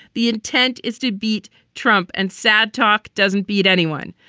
the intent is to beat trump. and sad talk doesn't beat anyone.